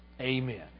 amen